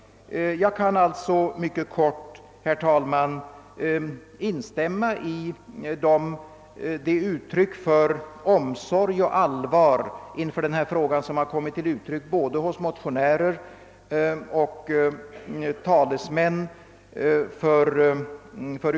Jag kan kort och gott säga, herr talman, att jag gläder mig åt det uttryck för omsorg och allvar inför denna fråga som präglat både motionärer och övriga talesmän.